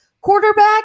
quarterback